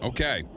Okay